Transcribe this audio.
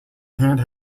hand